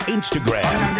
Instagram